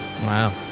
Wow